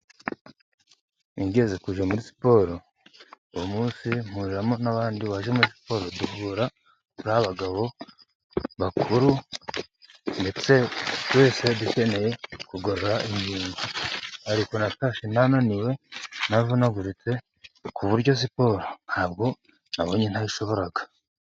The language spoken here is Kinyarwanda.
Nigeze kujya muri siporo, uwo munsi mpuriramo n'abandi baje muri siporo, duhura turi abagabo bakuru, ndetse twese dukeneye kugorora imibiri, ariko natashye naniwe navunaguritse, ku buryo siporo ntabwo nabonye ntayishobora